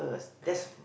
correct